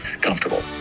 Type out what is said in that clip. comfortable